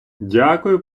дякую